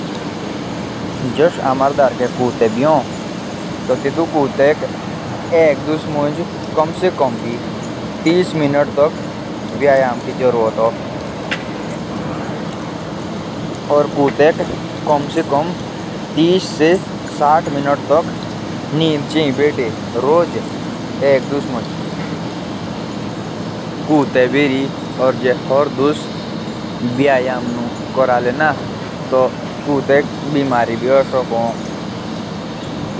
एक कुत्ते को रोज़ाना कम से कम तीस से चालीस मिनट तक कसरत करनी चाहिए। और बाकी जो कुत्ता दिन भर दौड़ता भागता रहता है बाकी वो ही हो जाती है। और अगर कुत्ते से रोज़ाना कसरत नहीं कराएंगे तो कुत्ते